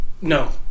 No